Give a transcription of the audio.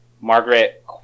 Margaret